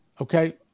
Okay